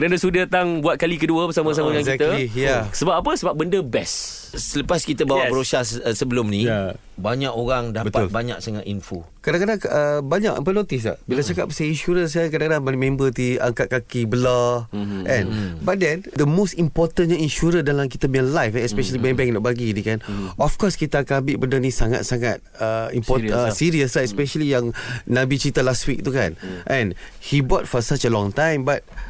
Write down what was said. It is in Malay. Dan dia- dia datang buat kali kedua bersama-sama Oh, dengan kita. exactly, yeah. Hmm. Sebab apa? Sebab benda best. Selepas kita bawa Yes. brochure se- sebelum ni, Yeah. banyak orang dapat Betul. banyak sangat info. Kadang-kadang, uh, banyak, apa, notice tak? Bila Mm. cakap pasal insurance, kan, kadang-kadang member ti angkat kaki, belah, Mhm. kan? Mhm. But then, the most importantnya insurance dalam kita punya life, eh, especially Mhm. bank-bank nak bagi ni, kan? Mm. Of course, kita akan ambil benda ni sangat-sangat, uh, import- Serious uh, lah. serious lah, Mm. especially yang Nabi cerita last week tu, kan? Mm. And he bought for such a long time, but